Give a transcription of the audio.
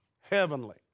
heavenly